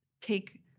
take